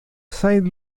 saint